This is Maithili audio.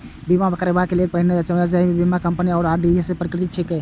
बीमा कराबै सं पहिने ई जांचबाक चाही जे बीमा कंपनी आई.आर.डी.ए सं पंजीकृत छैक की नहि